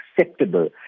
acceptable